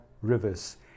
rivers